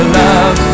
love